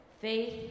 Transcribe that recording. faith